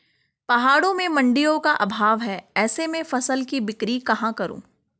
पहाड़ों में मडिंयों का अभाव है ऐसे में फसल की बिक्री कहाँ करूँ?